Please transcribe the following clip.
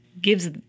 gives